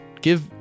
Give